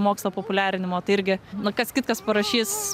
mokslo populiarinimo tai irgi nu kas kitkas parašys